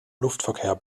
luftverkehr